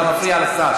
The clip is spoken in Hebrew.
אתה מפריע לשר,